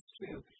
true